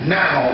now